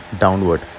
downward